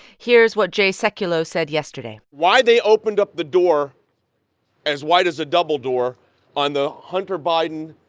here's what jay sekulow said yesterday. why they opened up the door as wide as a double door on the hunter biden,